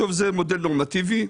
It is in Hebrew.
שוב, זה מודל נורמטיבי.